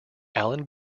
allen